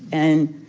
and